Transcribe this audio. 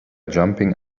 jumping